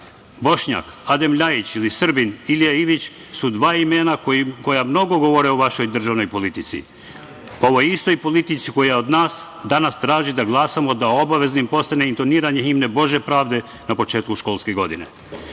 Bošnjak Adem Ljajić ili Srbin Ilija Ivić su dva imena koja mnogo govore o vašoj državnoj politici, ovoj istoj politici koja od nas danas traži da glasamo da obavezno postane intoniranje himne „Bože pravde“ na početku školske godine. Ovo